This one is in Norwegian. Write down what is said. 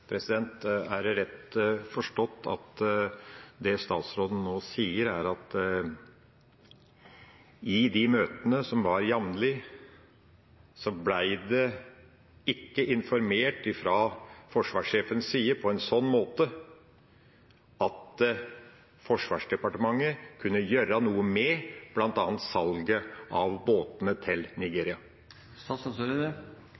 Er det rett forstått at det statsråden nå sier, er at i de møtene som var jevnlig, ble det ikke informert fra forsvarssjefens side på en sånn måte at Forsvarsdepartementet kunne gjøre noe med bl.a. salget av båtene til